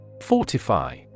Fortify